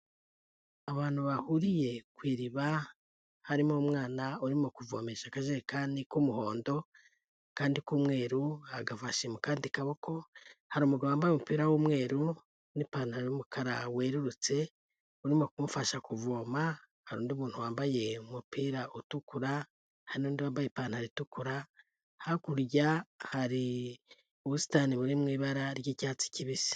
Abantu bahuriye ku iriba harimo umwana urimo kuvomesha akajerekani k'umuhondo akandi k'umweru agafashe mu kandi akaboko. Hari umugabo wambaye umupira w'umweru n'ipantaro y'umukara werurutse uri kumufasha kuvoma, hari undi muntu wambaye umupira utukura, hari n'undi wambaye ipantaro itukura, hakurya hari ubusitani buri mu ibara ry'icyatsi. kibisi